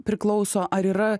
priklauso ar yra